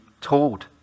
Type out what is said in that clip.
told